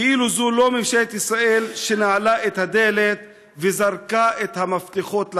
כאילו לא ממשלת ישראל היא שנעלה את הדלת וזרקה את המפתחות לים.